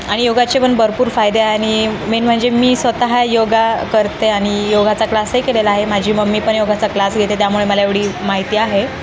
आणि योगाचे पण भरपूर फायदे आहे आणि मेन म्हणजे मी स्वतः योगा करते आणि योगाचा क्लासही केलेला आहे माझी मम्मी पण योगाचा क्लास घेते त्यामुळे मला एवढी माहिती आहे